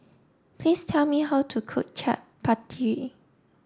please tell me how to cook Chaat Papri